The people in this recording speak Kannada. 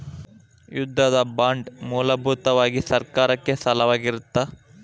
ಯುದ್ಧದ ಬಾಂಡ್ ಮೂಲಭೂತವಾಗಿ ಸರ್ಕಾರಕ್ಕೆ ಸಾಲವಾಗಿರತ್ತ